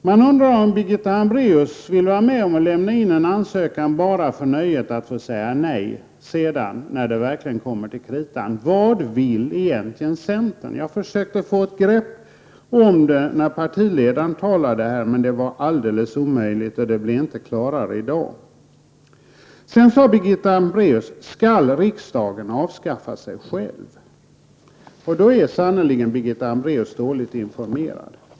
Vill Birgitta Hambraeus vara med om att lämna in en ansökan bara för nöjet att få säga nej när det verkligen kommer till kritan? Vad vill egentligen centern? Jag försökte få ett grepp om det när partiledaren talade här. Men det var alldeles omöjligt, och det blir inte klarare nu. Birgitta Hambraeus frågade vidare om riksdagen skall avskaffa sig själv. Då är sannerligen Birgitta Hambraeus dåligt informerad.